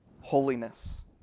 Holiness